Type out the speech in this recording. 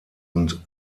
und